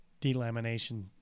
delamination